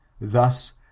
Thus